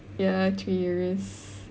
ya three years